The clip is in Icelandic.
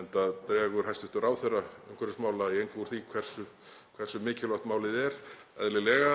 enda dregur hæstv. ráðherra umhverfismála í engu úr því hversu mikilvægt málið er, eðlilega,